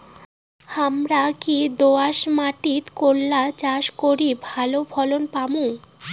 হামরা কি দোয়াস মাতিট করলা চাষ করি ভালো ফলন পামু?